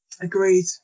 Agreed